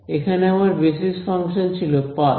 এখানে আমার basis function ছিল পালস